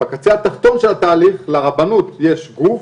בקצה התחתון של התהליך לרבנות יש גוף